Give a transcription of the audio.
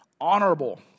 honorable